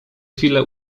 chwile